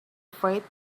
freight